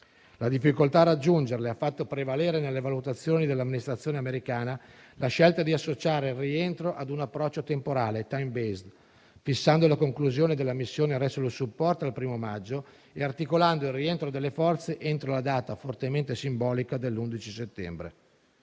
La difficoltà a raggiungerle ha fatto prevalere, nelle valutazioni dell'amministrazione americana, la scelta di associare il rientro a un approccio temporale, *timebased*, fissando la conclusione della missione Resolution support al 1° maggio e articolando il rientro delle forze entro la data fortemente simbolica dell'11 settembre.